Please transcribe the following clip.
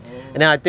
orh